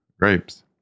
grapes